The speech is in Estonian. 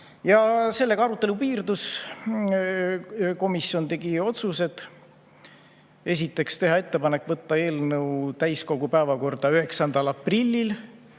Sellega arutelu piirdus. Komisjon tegi otsused. Esiteks, teha ettepanek võtta eelnõu täiskogu päevakorda 9. aprillil,